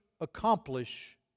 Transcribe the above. accomplish